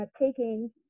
taking